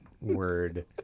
word